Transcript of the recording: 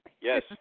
Yes